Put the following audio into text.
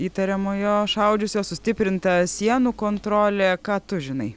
įtariamojo šaudžiusio sustiprinta sienų kontrolė ką tu žinai